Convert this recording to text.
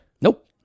Nope